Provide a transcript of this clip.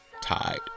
tied